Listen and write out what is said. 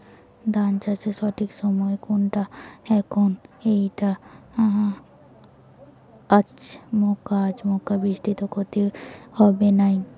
ধান চাষের সঠিক সময় কুনটা যখন এইটা আচমকা বৃষ্টিত ক্ষতি হবে নাই?